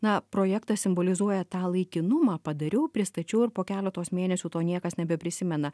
na projektas simbolizuoja tą laikinumą padariau pristačiau ir po keletos mėnesių to niekas nebeprisimena